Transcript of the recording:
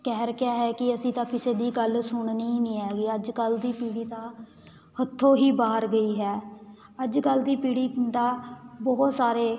ਕਹਿ ਰੱਖਿਆ ਹੈ ਕਿ ਅਸੀਂ ਤਾਂ ਕਿਸੇ ਦੀ ਗੱਲ ਸੁਣਨੀ ਹੀ ਨਹੀਂ ਹੈਗੀ ਅੱਜ ਕੱਲ੍ਹ ਦੀ ਪੀੜ੍ਹੀ ਤਾਂ ਹੱਥੋਂ ਹੀ ਬਾਹਰ ਗਈ ਹੈ ਅੱਜ ਕੱਲ੍ਹ ਦੀ ਪੀੜ੍ਹੀ ਦਾ ਬਹੁਤ ਸਾਰੇ